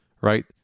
right